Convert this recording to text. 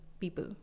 people